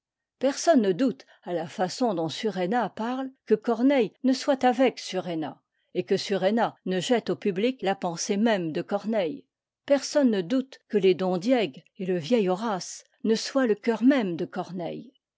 personne ne doute à la façon dont suréna parle que corneille ne soit avec suréna et que suréna ne jette au public la pensée même de corneille personne ne doute que les don diègue et le vieil horace ne soient le cœur même de corneille